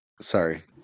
sorry